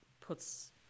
puts